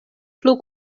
plu